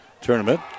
Tournament